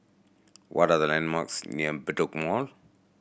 what are the landmarks near Bedok Mall